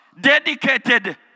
dedicated